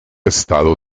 estado